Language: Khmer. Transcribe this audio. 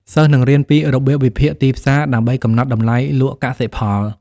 សិស្សនឹងរៀនពីរបៀបវិភាគទីផ្សារដើម្បីកំណត់តម្លៃលក់កសិផល។